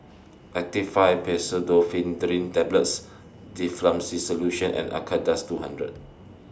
Actifed Pseudoephedrine Tablets Difflam C Solution and Acardust two hundred